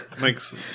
Makes